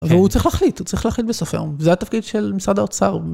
והוא צריך להחליט, הוא צריך להחליט בסוף היום. זה התפקיד של משרד האוצר.